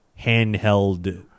handheld